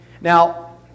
Now